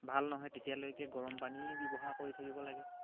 ভাল নহয় তেতিয়ালৈকে গৰমপানী ব্যৱহাৰ কৰি থাকিব লাগে